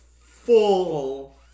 full